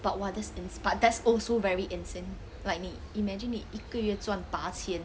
but !wah! that's ins~ but that's also very insane like 你 imagine 你一个月赚八千